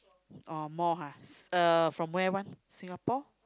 or more ha uh from where [one] Singapore